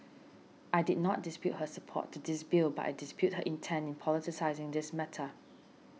I did not dispute her support to this bill but I dispute her intent in politicising this matter